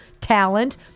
talent